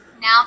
now